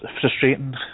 frustrating